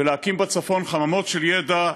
ולהקים בצפון חממות של ידע,